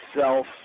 self